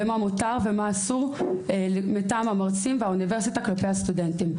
ומה מותר ומה אסור מטעם המרצים והאוניברסיטה כלפי הסטודנטים.